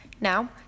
Now